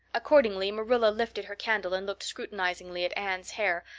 accordingly, marilla lifted her candle and looked scrutinizingly at anne's hair,